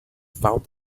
found